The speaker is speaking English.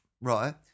right